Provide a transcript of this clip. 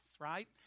right